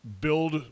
build